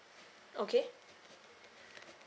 okay